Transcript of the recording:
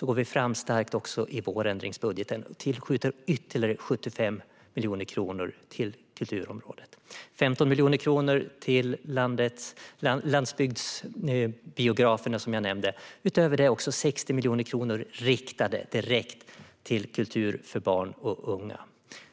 går vi fram starkt i vårändringsbudgeten och tillskjuter ytterligare 75 miljoner kronor till kulturområdet, 15 miljoner kronor till landsbygdsbiografer, som jag nämnde, och utöver det 60 miljoner kronor riktade direkt till kultur för barn och unga.